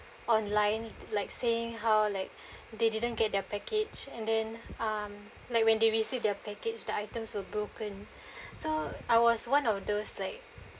online like saying how like they didn't get their package and then um like when they receive their package the items were broken so I was one of those like